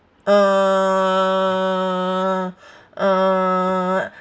uh uh